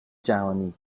جهانی